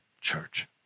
church